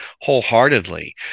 wholeheartedly